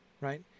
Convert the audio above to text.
right